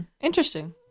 Interesting